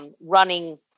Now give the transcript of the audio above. running